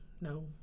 no